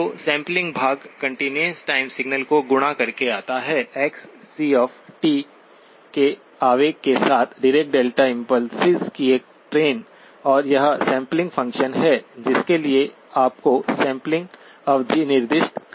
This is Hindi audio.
तो सैंपलिंग भाग कंटीन्यूअस टाइम सिग्नल को गुणा करके आता है xc के आवेग के साथ डीरेका इम्पुल्सेस की एक ट्रेन और यह सैंपलिंग फ़ंक्शन है जिसके लिए आपको सैंपलिंग अवधि निर्दिष्ट करना होगा